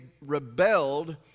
rebelled